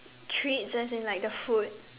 treats as in like the food